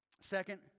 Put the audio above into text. Second